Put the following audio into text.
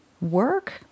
work